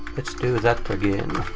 let's do that again.